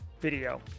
video